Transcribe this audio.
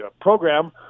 program